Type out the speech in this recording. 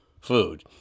food